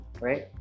right